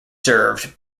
served